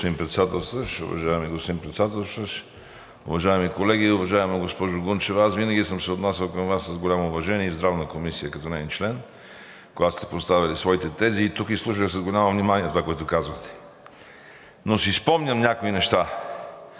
господин Председателстващ. Уважаеми господин Председателстващ, уважаеми колеги! Уважаема госпожо Гунчева, аз винаги съм се отнасял към Вас с голямо уважение и в Здравната комисия, като неин член, когато сте поставяли своите тези. Тук изслушах с голямо внимание това, което казвате, но си спомням някои неща.